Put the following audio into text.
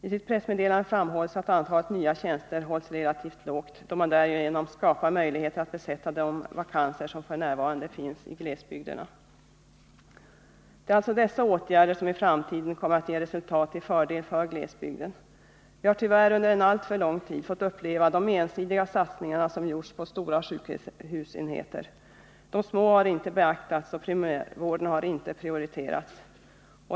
I ett pressmeddelande framhålls att antalet nya tjänster hålls relativt lågt då man därigenom skapar möjligheter att besätta de vakanser som f. n. finns i glesbygderna. Det är alltså dessa åtgärder som i framtiden kommer att ge resultat till fördel för glesbygden. Vi har tyvärr under en alltför lång tid fått uppleva de ensidiga satsningar som gjorts på stora sjukhusenheter. De små har inte beaktats och primärvården har inte prioriterats.